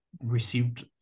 received